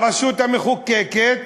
הרשות השופטת